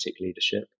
leadership